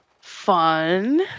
fun